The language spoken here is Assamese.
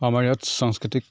আমাৰ ইয়াত সাংস্কৃতিক